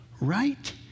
Right